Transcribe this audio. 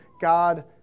God